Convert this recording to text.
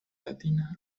latina